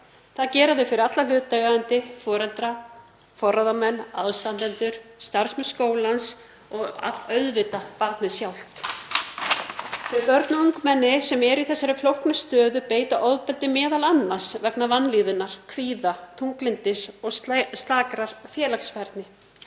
Það gera þau fyrir alla hlutaðeigandi; foreldra, forráðamenn, aðstandendur, starfsmenn skólans og auðvitað barnið sjálft. Þau börn og ungmenni sem eru í þessari flóknu stöðu beita ofbeldi m.a. vegna vanlíðunar, kvíða, þunglyndis og slakrar félagsfærni.